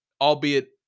Albeit